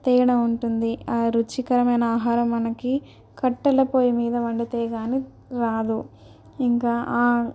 తేడా ఉంటుంది ఆ రుచికరమైన ఆహారం మనకి కట్టెల పొయ్యి మీద వండితే కానీ రాదు ఇంకా